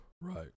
Right